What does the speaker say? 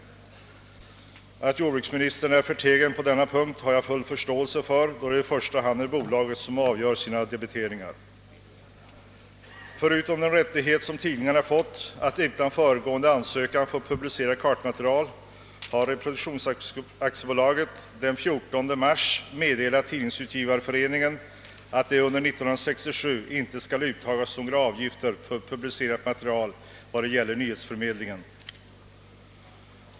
Att jordbruksministern är förtegen på den punkten har jag dock full förståelse för, eftersom det i första hand är bolaget som avgör sina debiteringar. Förutom den rättighet tidningarna fått att utan föregående ansökan publicera kartmaterial har reproduktionsaktiebolaget den 14 mars meddelat Tidningsutgivareföreningen att det under 1967 inte kommer att uttagas några avgifter för publicerat material i vad gäller nyhetsförmedlingen.